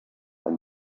and